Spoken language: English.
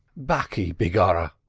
baccy, begorra!